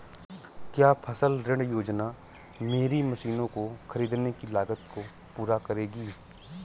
क्या फसल ऋण योजना मेरी मशीनों को ख़रीदने की लागत को पूरा करेगी?